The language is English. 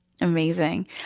Amazing